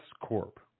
corp